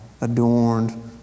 adorned